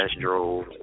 drove